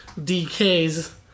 DK's